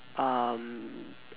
um